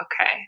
okay